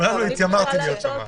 מעולם לא התיימרתי להיות שם.